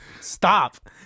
stop